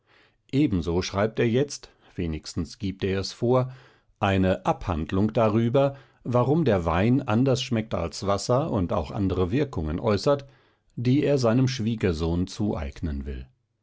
ebenso schreibt er jetzt wenigstens gibt er es vor eine abhandlung darüber warum der wein anders schmeckt als wasser und auch andere wirkungen äußert die er seinem schwiegersohn zueignen will